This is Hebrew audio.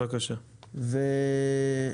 אנחנו